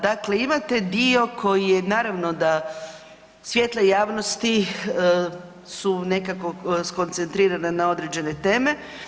Dakle, imate dio koji je naravno da svjetla javnosti su nekako skoncentrirana na određene teme.